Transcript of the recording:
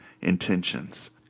intentions